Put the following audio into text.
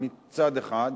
מצד אחד,